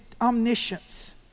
omniscience